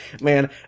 man